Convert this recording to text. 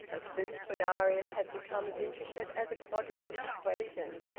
a suit, for darius, had become as intricate as a quadratic equation.